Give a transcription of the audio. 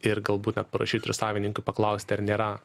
ir galbūt net parašyti ir savininkui paklausti ar nėra